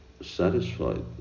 satisfied